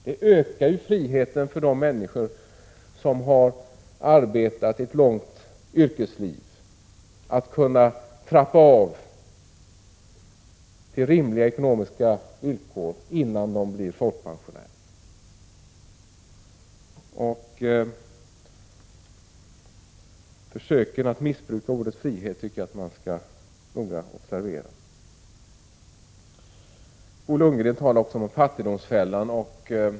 Det ökar friheten för människor med ett långt yrkesliv bakom sig att kunna trappa ner och få leva under rimliga ekonomiska villkor innan de blir folkpensionärer. Försöken att missbruka ordet frihet bör noga observeras. Bo Lundgren talade också om fattigdomsfällan.